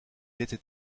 était